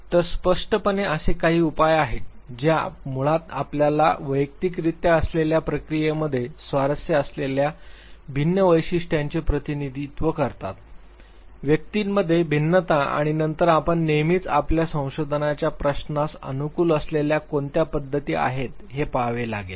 तर स्पष्टपणे असे काही उपाय आहेत जे मुळात आपल्याला वैयक्तिकरित्या असलेल्या प्रक्रियेमध्ये स्वारस्य असलेल्या भिन्न वैशिष्ट्यांचे प्रतिनिधित्व करतात व्यक्तींमध्ये भिन्नता आणि नंतर आपण नेहमीच आपल्या संशोधनाच्या प्रश्नास अनुकूल असलेल्या कोणत्या पद्धती आहेत हे पहावे लागेल